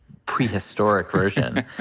prehistoric version.